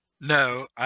No